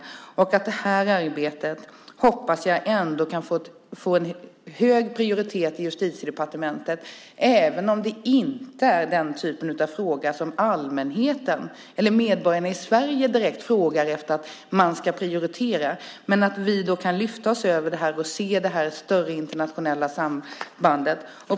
Jag hoppas att det här arbetet kan få hög prioritet i Justitiedepartementet även om inte allmänheten, medborgarna i Sverige, direkt frågar efter det. Jag tycker att vi kan lyfta oss och se det större, internationella sambandet.